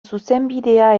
zuzenbidea